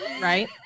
right